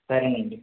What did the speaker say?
సరేనండి